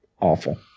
Awful